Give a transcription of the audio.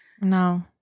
No